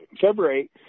February